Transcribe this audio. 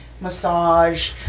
massage